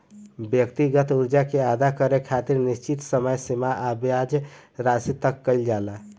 व्यक्तिगत कर्जा के अदा करे खातिर निश्चित समय सीमा आ ब्याज राशि तय कईल जाला